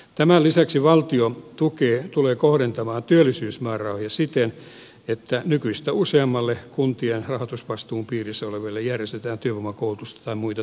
tämän lisäksi valtio tulee kohdentamaan työllisyysmäärärahoja siten että nykyistä useammalle kuntien rahoitusvastuun piirissä olevalle järjestetään työvoimakoulutusta tai muita toimenpiteitä